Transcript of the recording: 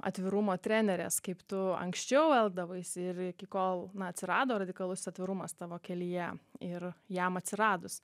atvirumo trenerės kaip tu anksčiau elgdavaisi ir iki kol na atsirado radikalusis atvirumas tavo kelyje ir jam atsiradus